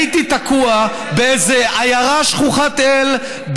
הייתי תקוע באיזו עיירה שכוחת אל,